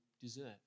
deserve